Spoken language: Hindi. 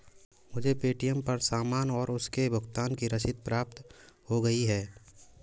मुझे पे.टी.एम पर सामान और उसके भुगतान की रसीद प्राप्त हो गई है